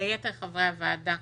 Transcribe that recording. וליתר חברי הוועדה